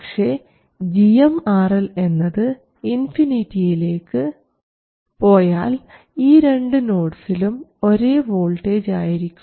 പക്ഷേ gmRL എന്നത് ഇൻഫിനിറ്റിയിലേക്ക് പോയാൽ ഈ രണ്ടു നോഡ്സിലും ഒരേ വോൾട്ടേജ് ആയിരിക്കും